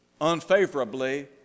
unfavorably